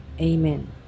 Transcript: Amen